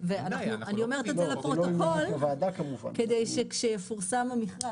אני אומרת את זה לפרוטוקול כדי שכשיפורסם המכרז,